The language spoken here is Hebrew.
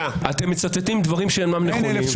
אתם מצטטים דברים שאינם נכונים.